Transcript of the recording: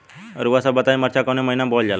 रउआ सभ बताई मरचा कवने महीना में बोवल जाला?